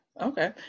Okay